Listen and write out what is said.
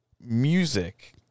music